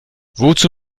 wozu